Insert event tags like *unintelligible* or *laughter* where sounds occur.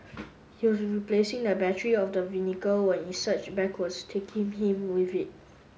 he was replacing the battery of the *unintelligible* when it surged backwards taking him with it